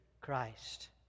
Christ